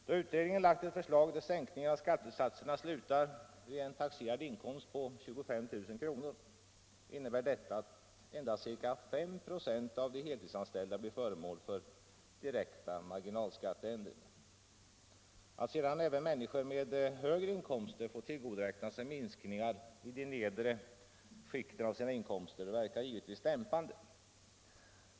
Då utredningen lagt ett förslag där sänkningen av skattesatserna slutar vid en taxerad inkomst på 25 000 kr., innebär detta att endast ca 5 96 av de heltidsanställda blir föremål för direkta marginalskatteändringar. Att sedan även människor med högre inkomster får tillgodoräkna sig minskningar i de nedre skikten av sina inkomster verkar givetvis dämpande.